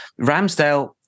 Ramsdale